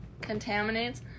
contaminates